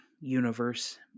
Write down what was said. universe